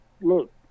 look